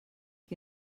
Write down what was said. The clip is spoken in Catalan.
que